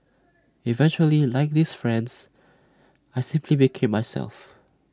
eventually like these friends I simply became myself